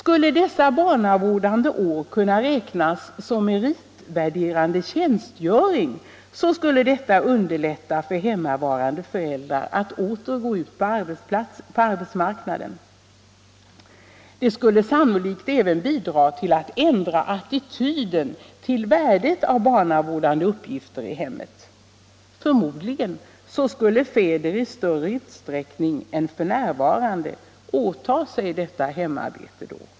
Kunde dessa barnavårdande år meritberäknas som tjänstgöring skulle detta underlätta för hemmavarande förälder att åter gå ut på arbetsmarknaden. Det skulle sannolikt även bidra till att ändra attityden till värdet av barnavårdande uppgifter i hemmet. Förmodligen skulle då fäder i större utsträckning än f. n. åta sig detta hemarbete.